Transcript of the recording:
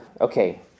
Okay